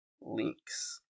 Links